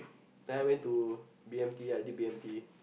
then I went to B_M_T ya I did B_M_T